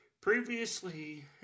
Previously